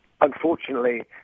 Unfortunately